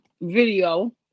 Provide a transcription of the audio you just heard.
video